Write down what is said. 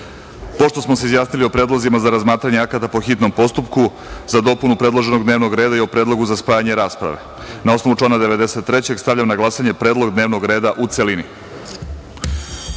smo se izjasnili o predlozima za razmatranje akata po hitnom postupku, za dopunu predloženog dnevnog reda i o predlogu za spajanje rasprave, na osnovu člana 93. stavljam na glasanje Predlog dnevnog reda, u